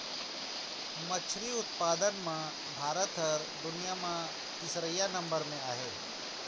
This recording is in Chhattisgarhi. मछरी उत्पादन म भारत ह दुनिया म तीसरइया नंबर म आहे